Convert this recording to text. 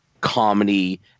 comedy